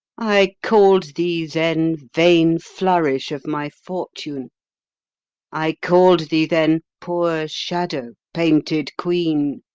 i call'd thee then, vain flourish of my fortune i call'd thee then, poor shadow, painted queen